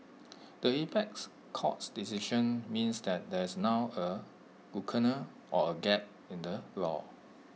the apex court's decision means that there is now A lacuna or A gap in the law